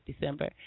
December